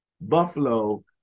Buffalo